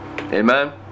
Amen